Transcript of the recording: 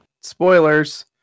spoilers